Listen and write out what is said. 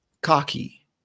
cocky